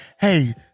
hey